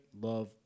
love